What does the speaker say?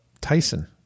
tyson